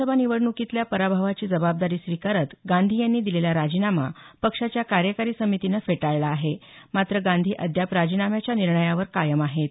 लोकसभा निवडणुकीतल्या पराभवाची जबाबदारी स्वीकारत गांधी यांनी दिलेला राजीनामा पक्षाच्या कार्यकारी समितीनं फेटाळला आहे मात्र गांधी अद्याप राजीनाम्याच्या निर्णयावर कायम आहेत